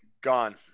gone